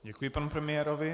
Děkuji panu premiérovi.